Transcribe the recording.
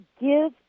give